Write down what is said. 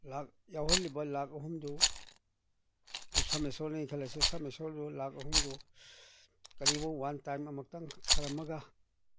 ꯂꯥꯛ ꯌꯥꯎꯍꯜꯂꯤꯕ ꯂꯥꯛ ꯑꯍꯨꯝꯗꯨ ꯈꯜꯂꯁꯤ ꯂꯥꯛ ꯑꯍꯨꯝꯗꯨ ꯀꯔꯤꯒꯨꯝꯕ ꯋꯥꯟ ꯇꯥꯏꯝ ꯑꯃꯨꯛꯇꯪ ꯊꯥꯔꯝꯃꯒ